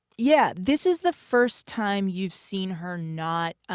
yeah, this is the first time you've seen her not.